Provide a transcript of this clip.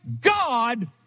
God